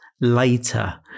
later